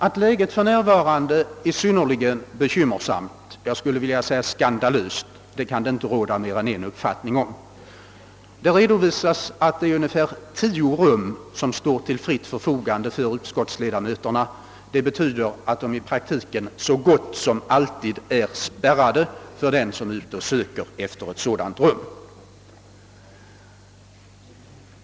Att läget för närvarande är synnerligen bekymmersamt — jag skulle vilja säga skandalöst — kan inte råda mer än en uppfattning om. Det redovisas att unge fär 10 rum står till fritt förfogande för riksdagsledamöterna. Det betyder att rummen i praktiken så gott som alltid är spärrade för den som söker ett rum.